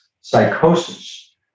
psychosis